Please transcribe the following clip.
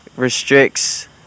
Restricts